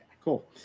cool